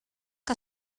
que